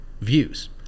views